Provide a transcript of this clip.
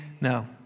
No